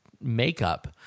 makeup